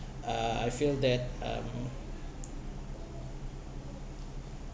uh I feel that um